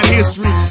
history